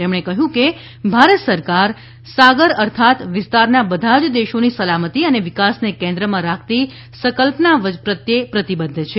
તેમણે કહ્યું કે ભારત સરકાર સાગર અર્થાત વિસ્તારના બધા જ દેશોની સલામતી અને વિકાસને કેન્દ્રમાં રાખતી સંકલ્પના પ્રત્યે પ્રતિબદ્ધ છે